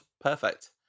Perfect